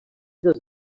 dels